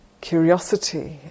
curiosity